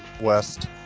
West